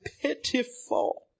pitiful